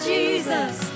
Jesus